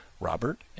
Robert